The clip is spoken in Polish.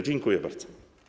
Dziękuję bardzo.